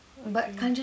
ookay